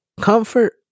comfort